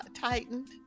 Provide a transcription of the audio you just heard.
tightened